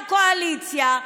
הקואליציה,